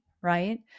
right